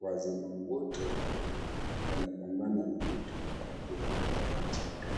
Wazima moto wawili wanapambana na moto mkubwa wa kichaka,